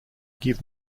give